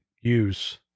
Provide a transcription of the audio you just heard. use